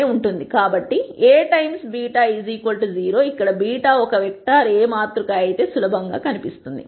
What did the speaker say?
కాబట్టి A times β 0 ఇక్కడ β ఒక వెక్టర్ A మాతృక అయితే సులభంగా కనిపిస్తుంది